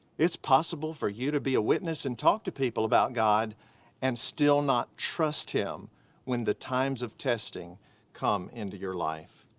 it's possible for you to be a witness and talk to people about god and still not trust him when the times of testing come into your life.